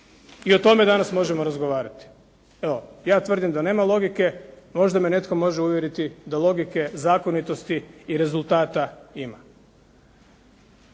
i o tome danas možemo razgovarati. Evo, ja tvrdim da nema logike, možda me netko može uvjeriti da logike, zakonitosti i rezultata ima.